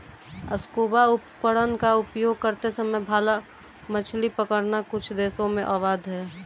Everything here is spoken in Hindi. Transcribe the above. स्कूबा उपकरण का उपयोग करते समय भाला मछली पकड़ना कुछ देशों में अवैध है